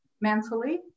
mentally